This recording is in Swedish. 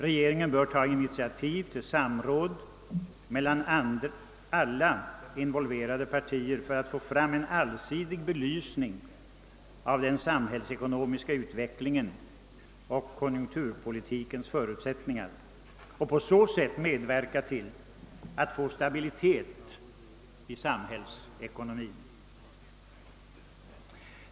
Regeringen bör ta initiativ till samråd mellan alla involverade parter för att få fram en allsidig belysning av den samhällsekonomiska utvecklingen och konjunkturpolitikens förutsättningar och på så sätt medverka till att få stabilitet i samhällsekonomin.